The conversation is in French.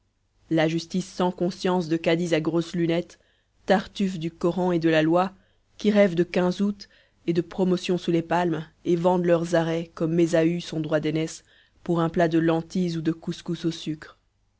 la justice sans conscience de cadis à grosses lunettes tartufes du coran et de la loi qui rêvent de quinze août et de promotion sous les palmes et vendent leurs arrêts comme ésau son droit d'aînesse pour un plat de lentilles ou de kousskouss au sucre